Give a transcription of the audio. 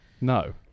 No